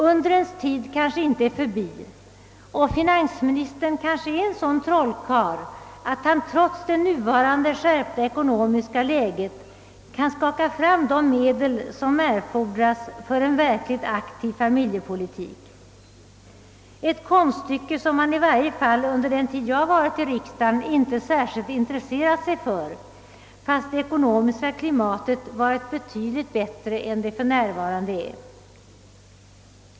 Undrens tid kanske inte är förbi och finansministern kanske är en sådan trollkarl, att han trots det nuvarande skärpta ekonomiska läget kan skaka fram de medel som erfordras för en verkligt aktiv familjepolitik, ett konststycke som han i varje fall under den tid jag har varit i riksdagen inte särskilt intresserat sig för, fastän det ekonomiska klimatet varit betydligt bättre än det för närvarande är.